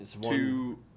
Two